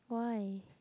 why